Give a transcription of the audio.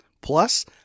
Plus